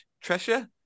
treasure